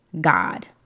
God